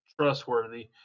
trustworthy